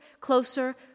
closer